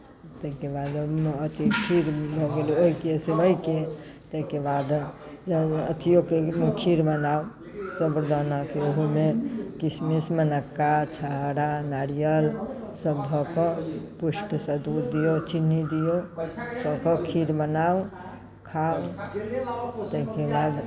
ताहिके बाद अथि खीर भऽ गेल अथि ओइके सेवइके ताहिके बाद अथियोके खीर बनाउ साबुदानाके ओहूमे किशमिश मुनक्का छहोरा नारियलसभ धऽ कऽ पुष्टसँ दूध दियौ चीनी दियौ सभ खाउ खीर बनाउ खाउ ताहिके बाद